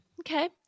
Okay